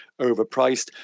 overpriced